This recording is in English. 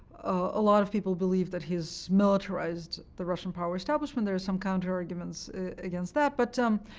a lot of people believe that he has militarized the russian power establishment. there are some counterarguments against that, but um